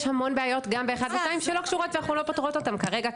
יש המון בעיות גם ב-1 ו-2 שהן לא קשורות ואנחנו לא פותרות אותן כרגע,